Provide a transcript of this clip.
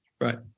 Right